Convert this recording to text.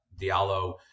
Diallo